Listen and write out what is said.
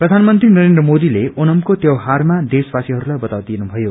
प्रधानमन्त्री नरेन्द्र मोदीले ओणमको त्यौहारमा देशवासीहरूलाई बधाई दिनुभयो